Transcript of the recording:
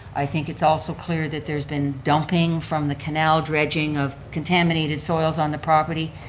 i think it's also clear that there's been dumping from the canal dredging of contaminated soils on the property,